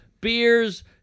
beers